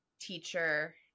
teacher